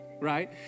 Right